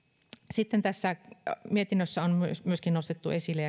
sitten tässä mietinnössä ja keskusteluissa on myöskin nostettu esille